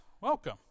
welcome